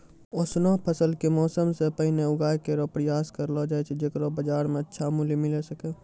ऑसनो फसल क मौसम सें पहिने उगाय केरो प्रयास करलो जाय छै जेकरो बाजार म अच्छा मूल्य मिले सके